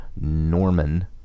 Norman